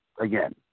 again